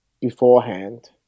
beforehand